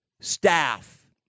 staff